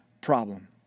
problem